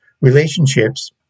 relationships